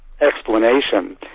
explanation